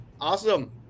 Awesome